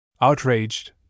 Outraged